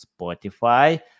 Spotify